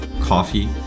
coffee